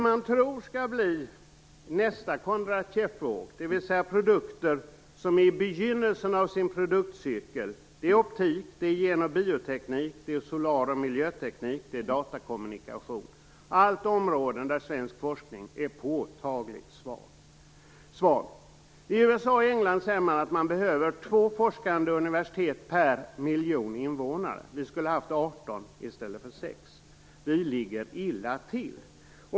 Man tror att nästa Kondratiev-våg, dvs. produkter som är i begynnelsen av sin produktcykel, blir inom optik, gen och bioteknik, solar och miljöteknik och datakommunikation. De är alla områden där svensk forskning är påtagligt svag. I USA och England säger man att det behövs två forskande universitet per miljon invånare. Vi skulle haft arton i stället för sex. Vi ligger illa till.